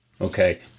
okay